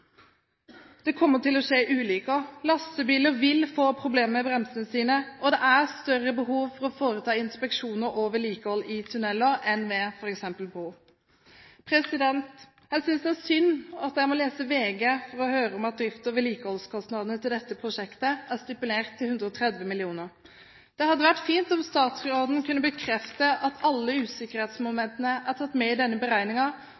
Det kommer til å skje ulykker. Lastebiler vil få problemer med bremsene sine, og det er større behov for å foreta inspeksjoner og vedlikehold av tunneler enn ved f.eks. broer. Jeg synes det er synd at jeg må lese VG for å høre om at drifts- og vedlikeholdskostnadene til dette prosjektet er stipulert til 130 mill. kr. Det hadde vært fint om statsråden kunne bekrefte at alle